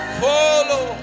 follow